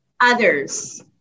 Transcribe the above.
others